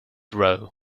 row